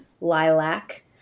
lilac